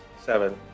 seven